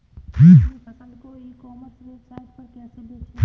अपनी फसल को ई कॉमर्स वेबसाइट पर कैसे बेचें?